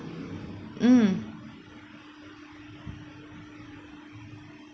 mm